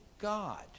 God